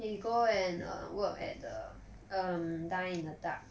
he go and err work at the um dine in the dark